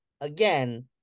again